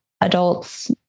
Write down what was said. adults